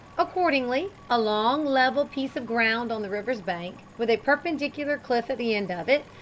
accordingly, a long level piece of ground on the river's bank, with a perpendicular cliff at the end of it,